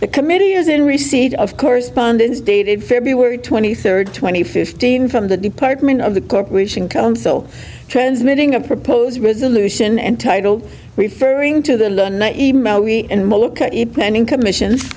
the committee is in receipt of correspondence dated february twenty third twenty fifteen from the department of the corporation counsel transmitting a proposed resolution and title referring to the not even a pending commission